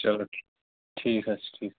چَلو ٹھیٖک ٹھیٖک حظ چھُ ٹھیٖک